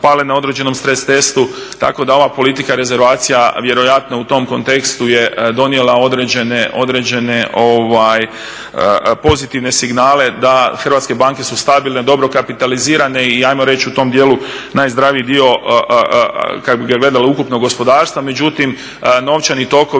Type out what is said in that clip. Hrvatske banke su stabilne, dobro kapitalizirane i hajmo reći u tom dijelu najzdraviji dio kad bi ga gledalo ukupno gospodarstva. Međutim, novčani tokovi